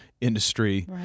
industry